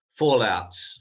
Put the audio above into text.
fallouts